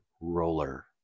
Roller